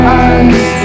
eyes